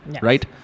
right